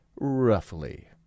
roughly